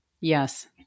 Yes